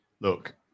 look